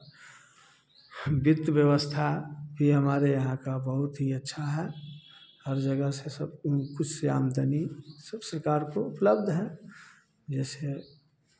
वित्त व्यवस्था भी हमारे यहाँ का बहुत ही अच्छा है हर जगह से सब कुछ आमदनी सब सरकार को उपलब्ध है जैसे